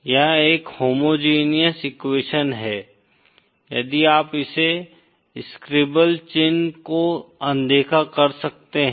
यह एक homogeneous equation है यदि आप इसे स्क्रैबल चिह्न को अनदेखा कर सकते हैं